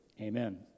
Amen